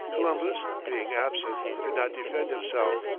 columbus, being absent, could not defend himself.